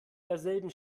derselben